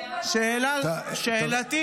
מה עם יאיר נתניהו?